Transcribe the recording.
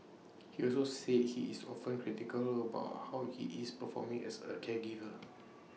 he also said he is often critical about how he is performing as A caregiver